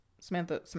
Samantha